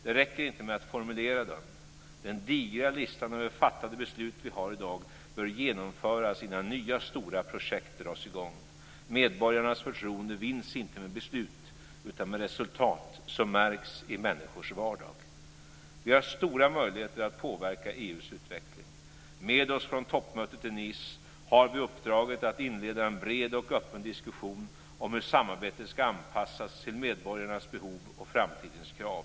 Det räcker inte med att formulera dem. Den digra listan över fattade beslut vi har i dag bör genomföras innan nya stora projekt dras i gång. Medborgarnas förtroende vinns inte med beslut, utan med resultat som märks i människors vardag. Vi har stora möjligheter att påverka EU:s utveckling. Med oss från toppmötet i Nice har vi uppdraget att inleda en bred och öppen diskussion om hur samarbetet ska anpassas till medborgarnas behov och framtidens krav.